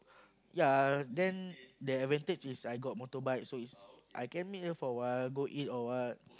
ya then the advantage is I got motorbike so is I can meet her for a while go eat or what